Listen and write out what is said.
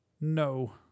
No